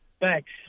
Thanks